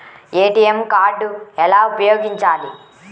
ATM card ఎలా ఉపయోగించాలి?